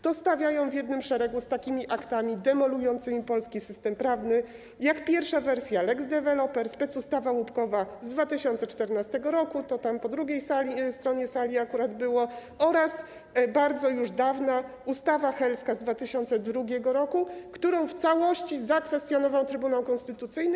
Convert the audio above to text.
To stawia ją w jednym szeregu z takimi aktami demolującymi polski system prawny jak pierwsza wersja lex deweloper, specustawa łupkowa z 2014 r., to tam po drugiej stronie sali akurat było, oraz bardzo już dawna ustawa helska z 2002 r., którą w całości zakwestionował Trybunał Konstytucyjny.